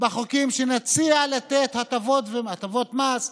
בחוקים שבהם נציע לתת הטבות מס,